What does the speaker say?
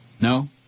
No